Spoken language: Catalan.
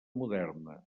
moderna